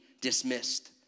dismissed